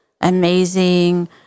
amazing